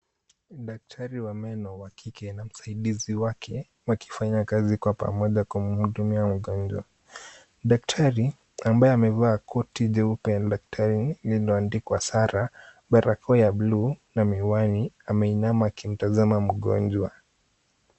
Daktari wa neno wa kike na msaidizi wake wakifanya kazi kwa pamoja kumhudumia mgonjwa, daktari ambaye amevaa koti jeupe la daktari lililoandikwa Sara barakoa ya buluu na miwani ameinama kumtazama mgonjwa.